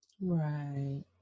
Right